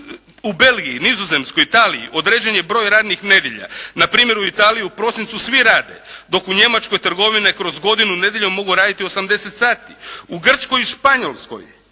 u Belgiji, Nizozemskoj određen je broj radnih nedjelja. Na primjer, u Italiji u prosincu svi rade dok u Njemačkoj trgovine kroz godinu nedjeljom mogu raditi 80 sati. U Gračko i Španjolskoj